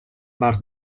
bar